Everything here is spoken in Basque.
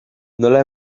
nola